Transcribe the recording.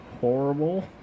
horrible